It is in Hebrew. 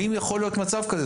האם יכול להיות מצב כזה?